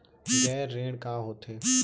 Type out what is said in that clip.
गैर ऋण का होथे?